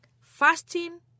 fasting